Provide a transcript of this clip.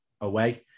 away